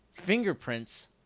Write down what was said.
fingerprints